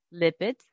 lipids